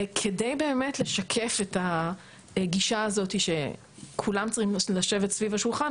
כדי באמת לשקף את הגישה הזאת שכולם צריכים לשבת סביב השולחן,